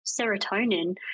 serotonin